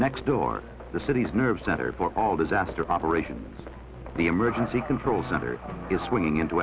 next door the city's nerve center for all disaster operations the emergency control center is swinging into